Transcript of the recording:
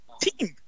team